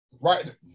right